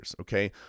okay